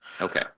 Okay